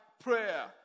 prayer